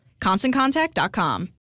ConstantContact.com